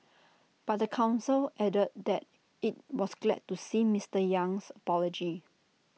but the Council added that IT was glad to see Mister Yang's apology